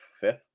fifth